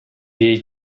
jej